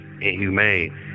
inhumane